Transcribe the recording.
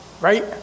right